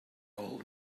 all